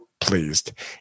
pleased